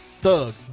Thug